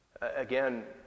Again